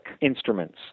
instruments